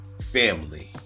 family